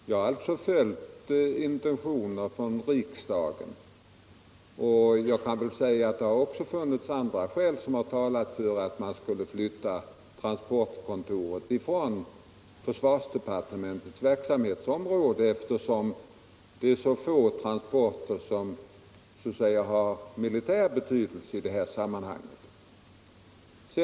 Jag har följt intentioner från regeringen, och jag kan väl säga att det också har funnits andra skäl som talat för att man skulle flytta transportkontoret från försvarsdepartementets verksamhetsområde, eftersom det är så få transporter som har militär betydelse i detta sammanhang.